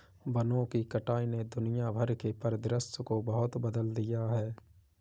वनों की कटाई ने दुनिया भर के परिदृश्य को बहुत बदल दिया है